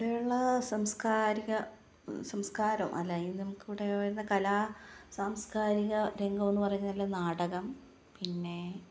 ഇവിടെയുള്ള സാംസ്കാരിക സംസ്കാരം അല്ലെങ്കിൽ നമുക്കിവിടെ വരുന്ന കലാസാംസ്കാരിക രംഗം എന്ന് പറഞ്ഞാൽ നാടകം പിന്നെ